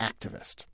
activist